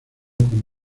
con